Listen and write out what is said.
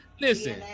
Listen